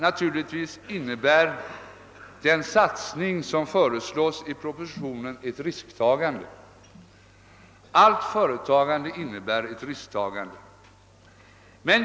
Naturligtvis innebär den satsning som föreslås i propositionen ett risktagande. Allt företagande innebär risktagande.